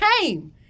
came